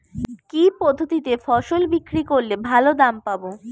কি পদ্ধতিতে ফসল বিক্রি করলে ভালো দাম পাব?